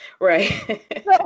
Right